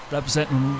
Representing